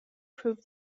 prove